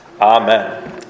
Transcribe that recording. Amen